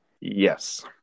Yes